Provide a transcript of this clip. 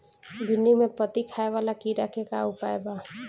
भिन्डी में पत्ति खाये वाले किड़ा के का उपाय बा?